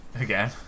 again